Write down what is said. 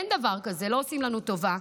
אין דבר כזה, לא עושים לנו טובה.